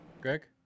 greg